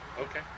okay